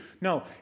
No